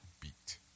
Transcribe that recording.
beat